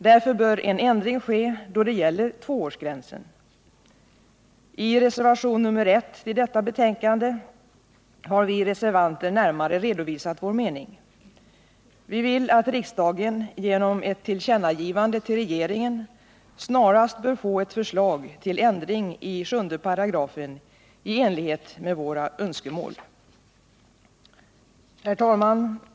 Därför bör en ändring ske då det gäller tvåårsgränsen. I reservation r.r 1 till detta betänkande har vi reservanter närmare redovisat vår mening. Vi anser att riksdagen genom ett tillkännagivande till regeringen snarast bör få ett förslag till ändring i 7 § i enlighet med våra önskemål. Herr talman!